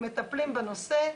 מטפלים בנושא.